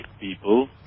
people